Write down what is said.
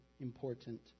important